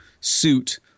suit